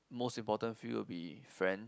most important feel will be friend